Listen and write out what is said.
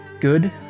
good